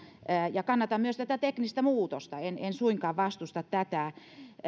kannatan myös tätä teknistä muutosta en en suinkaan vastusta sitä